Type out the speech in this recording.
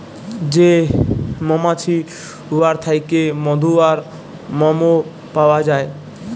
যে মমাছি উয়ার থ্যাইকে মধু আর মমও পাউয়া যায়